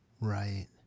Right